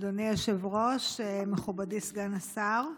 אדוני היושב-ראש, מכובדי סגן השר,